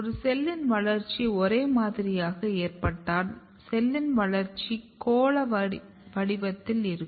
ஒரு செல்லின் வளர்ச்சி ஒரே மாதிரியாக ஏற்பட்டால் செல்லின் வளர்ச்சி கோள வடிவத்தில் இருக்கும்